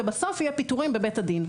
ובסוף יהיו פיטורים בבית הדין.